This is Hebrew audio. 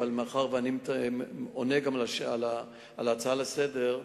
אבל מאחר שאני עונה על ההצעה לסדר-היום,